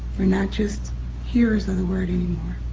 we're not just hearers of the word anymore,